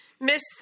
Miss